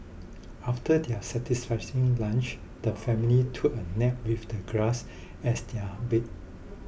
after their satisfying lunch the family took a nap with the grass as their bed